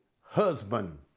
husband